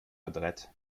adrett